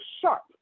sharp